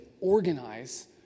organize